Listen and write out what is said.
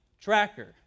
tracker